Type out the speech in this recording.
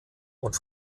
und